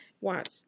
watch